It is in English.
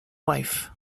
wife